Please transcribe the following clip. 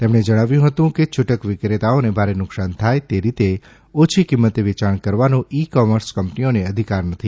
તેમણે જણાવ્યું હતું કે છૂટક વિક્રેતાઓને ભારે નુકસાન થાય તે રીતે ઓછી કિંમતે વેચાણ કરવાનો ઈ કોમર્સ કંપનીઓને અધિકાર નથી